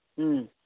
ꯎꯝ